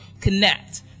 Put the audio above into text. Connect